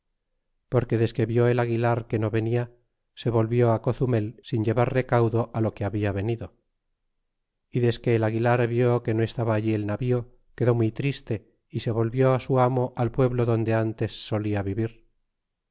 porque desque vió el aguilar no venia se volvió á cozumel sin llevar recaudo á lo que habla venido y desque el aguilar vi que no estaba allí el nav í o quedó muy triste y se volvió su amo al pueblo donde antes solia vivir